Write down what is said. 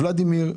ולדימיר,